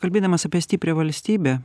kalbėdamas apie stiprią valstybę